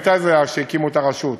מתי זה היה שהקימו את הרשות?